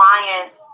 clients